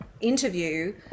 interview